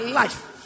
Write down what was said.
life